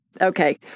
okay